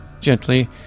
gently